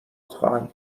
خواهند